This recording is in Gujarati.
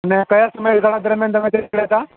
અને કયા સમયગાળા દરમિયાન તમે ત્યાં ગયા હતા